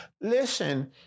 Listen